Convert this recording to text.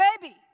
baby